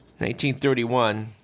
1931